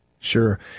Sure